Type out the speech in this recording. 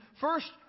first